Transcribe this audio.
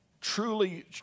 truly